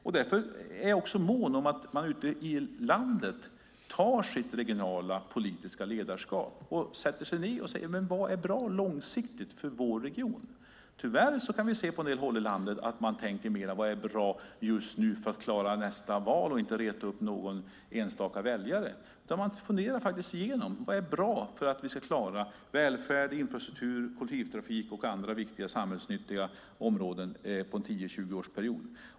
Jag är också mån om att man ute i landet tar sig an sitt regionala politiska ledarskap och sätter sig ned och diskuterar vad som är bra långsiktigt för regionen. Tyvärr kan vi se på en del håll i landet att man mer tänker på vad som är bra just nu för att klara nästa val och inte reta upp någon enstaka väljare. Man måste fundera igenom vad som är bra för att klara välfärd, infrastruktur, kollektivtrafik och andra viktiga samhällsnyttiga områden under en 10-20-årsperiod.